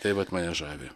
tai vat mane žavi